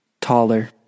Taller